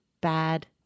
bad